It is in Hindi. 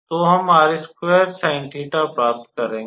तो हम प्राप्त करेंगे